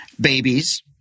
babies